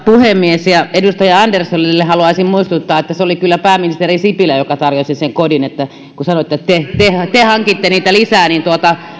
puhemies edustaja anderssonille haluaisin muistuttaa että se oli kyllä pääministeri sipilä joka tarjosi sen kodin että kun sanoitte että te hankitte niitä lisää niin